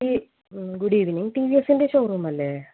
ഈ good evening T V എസിൻ്റെ showroom അല്ലേ